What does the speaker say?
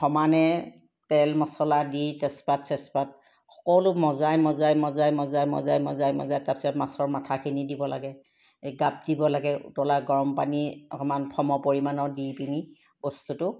সমানে তেল মছলা দি তেজপাত চেচপাত সকলো মজাই মজাই মজাই মজাই মজাই মজাই মজাই তাৰপাছত মাছৰ মাথাখিনি দিব লাগে এই গাপ দিব লাগে উতলা গৰমপানী অকণমান সমপৰিমাণৰ দি পিনি বস্তুটো